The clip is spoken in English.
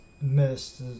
missed